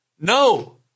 No